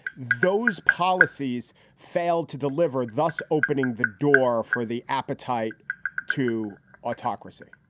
those policies failed to deliver, thus opening the door for the appetite to autocracy